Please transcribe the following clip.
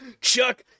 Chuck